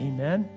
Amen